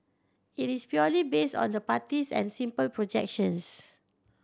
it is purely based on the parties and simple projections